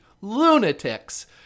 lunatics